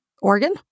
Organ